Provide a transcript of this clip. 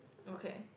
okay